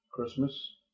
Christmas